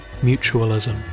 Mutualism